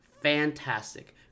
Fantastic